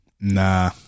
nah